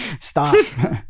Stop